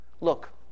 Look